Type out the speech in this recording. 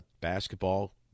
basketball